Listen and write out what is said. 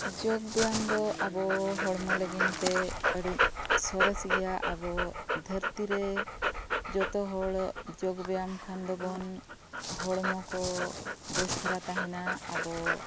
ᱡᱳᱜ ᱵᱮᱭᱟᱢ ᱫᱚ ᱟᱵᱚ ᱦᱚᱲᱢᱚ ᱞᱟᱜᱤᱫᱼᱛᱮ ᱟᱹᱰᱤ ᱥᱚᱨᱮᱥ ᱜᱮᱭᱟ ᱟᱵᱚ ᱫᱷᱟᱹᱨᱛᱤ ᱨᱮ ᱡᱚᱛᱚ ᱦᱚᱲ ᱡᱳᱜ ᱵᱮᱭᱟᱢ ᱠᱷᱟᱱ ᱫᱚᱵᱚᱱ ᱦᱚᱲᱢᱚ ᱠᱚ ᱵᱮᱥ ᱫᱷᱟᱨᱟ ᱛᱟᱦᱮᱱᱟ ᱟᱵᱚ